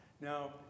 Now